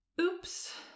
Oops